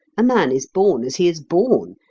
a man is born as he is born.